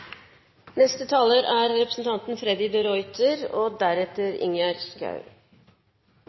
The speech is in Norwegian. Neste taler er representanten Torgeir Trældal og deretter